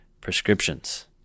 prescriptions